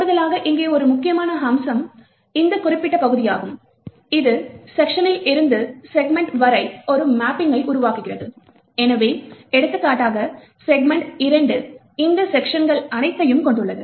கூடுதலாக இங்கே ஒரு முக்கியமான அம்சம் இந்த குறிப்பிட்ட பகுதியாகும் இது செக்க்ஷனில் இருந்து செக்மென்ட் வரை ஒரு மேப்பிங்கை உருவாக்குகிறது எனவே எடுத்துக்காட்டாக செக்மென்ட் 2 இந்த செக்க்ஷன்கள் அனைத்தையும் கொண்டுள்ளது